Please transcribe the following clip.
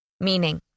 Meaning